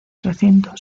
recinto